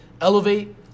Elevate